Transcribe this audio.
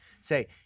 say